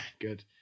Good